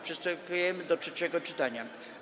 Przystępujemy do trzeciego czytania.